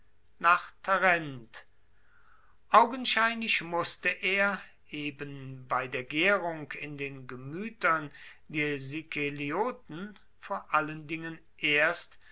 nach tarent augenscheinlich musste er eben bei der gaerung in den gemuetern der sikelioten vor allen dingen erst